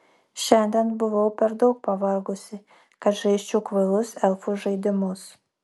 šiandien buvau per daug pavargusi kad žaisčiau kvailus elfų žaidimus